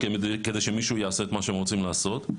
כדי שמישהו יעשה את מה שהם רוצים לעשות.